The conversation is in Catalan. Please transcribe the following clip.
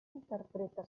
interpreta